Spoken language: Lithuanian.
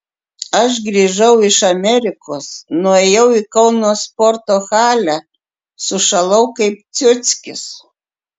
aš grįžau iš amerikos nuėjau į kauno sporto halę sušalau kaip ciuckis